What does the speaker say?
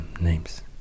names